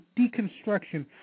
deconstruction